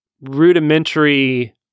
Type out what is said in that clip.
rudimentary